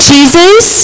Jesus